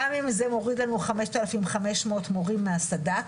גם אם זה מוריד לנו חמשת אלפים חמש מאות מורים מהסד"כ,